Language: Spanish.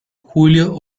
julio